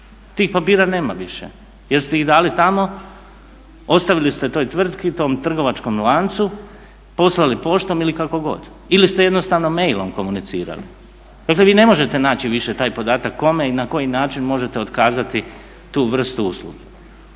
papira nema više jer ste ih dali tamo ostavili ste toj tvrtki, tom trgovačkom lancu poslali poštom ili kakogod ili ste jednostavno mailom komunicirati. Dakle vi ne možete više naći taj podatak kome i na koji način možete otkazati tu vrstu usluge.